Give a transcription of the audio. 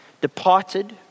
departed